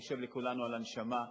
יושב לכולנו על הנשמה.